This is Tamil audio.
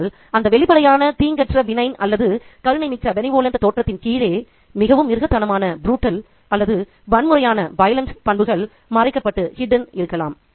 ஆனால் அந்த வெளிப்படையான தீங்கற்ற அல்லது கருணைமிக்க தோற்றத்தின் கீழே மிகவும் மிருகத்தனமான அல்லது வன்முறையான பண்புகள் மறைக்கப்பட்டு இருக்கலாம்